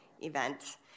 event